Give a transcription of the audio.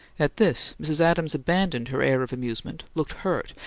at this mrs. adams abandoned her air of amusement, looked hurt,